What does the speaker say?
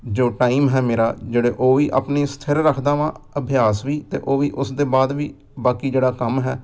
ਜੋ ਟਾਈਮ ਹੈ ਮੇਰਾ ਜਿਹੜੇ ਉਹ ਵੀ ਆਪਣੀ ਸਥਿਰ ਰੱਖਦਾ ਹਾਂ ਅਭਿਆਸ ਵੀ ਅਤੇ ਉਹ ਵੀ ਉਸਦੇ ਬਾਅਦ ਵੀ ਬਾਕੀ ਜਿਹੜਾ ਕੰਮ ਹੈ